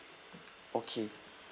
okay